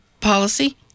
policy